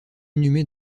inhumé